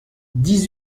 dix